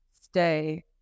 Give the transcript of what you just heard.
stay